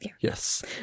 yes